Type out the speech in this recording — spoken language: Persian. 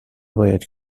باید